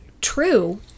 True